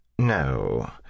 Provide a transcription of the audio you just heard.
No